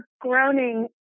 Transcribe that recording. groaning